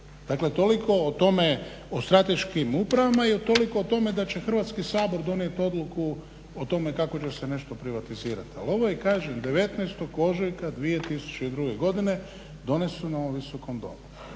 Dakle toliko o tome o strateškim upravama i toliko o tome da će Hrvatski sabor donijeti odluku o tome kako će se nešto privatizirati. Ali ovo je 19.ožujka 2002.godine doneseno u Visokom domu.